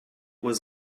was